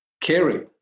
carry